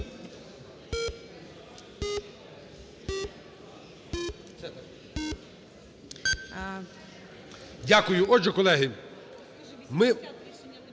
Дякую. Отже, колеги, ми…